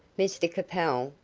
mr capel,